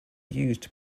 used